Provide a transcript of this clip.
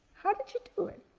how did you do it?